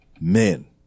men